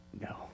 No